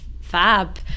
fab